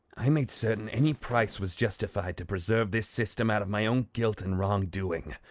i made certain any price was justified to preserve this system out of my own guilt and wrongdoing.